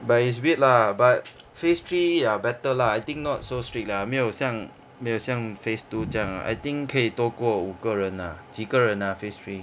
but it's weird lah but phase three ya better lah I think not so strict lah 没有像没有像 phase two 这样 ah I think 可以多过五个人 ah 几个人 ah phase three